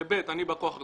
ב', אני בא כוח הרשימה.